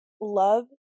love